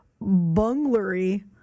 bunglery